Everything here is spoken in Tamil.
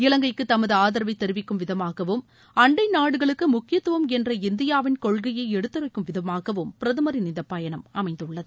இவங்கைக்கு தமது ஆதரவை தெரிவிக்கும் விதமாகவும் அண்டை நாடுகளுக்கு முக்கியத்துவம் என்ற இந்தியாவின் கொள்கையை எடுத்துரைக்கும் விதமாகவும் பிரதமரின் இந்த பயணம் அமைந்துள்ளது